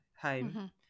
home